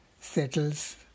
settles